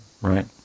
Right